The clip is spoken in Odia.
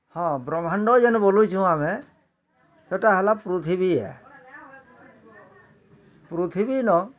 ହଁ ବ୍ରହ୍ମାଣ୍ଡ ଯେନ୍ ବୋଲୁଛୁ ଆମେ ସେଇଟା ହେଲା ପୃଥିବୀ ଏ ପୃଥିବୀ ନ